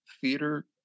theater